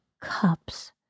Cups